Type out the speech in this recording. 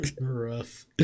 Rough